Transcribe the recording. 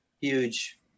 huge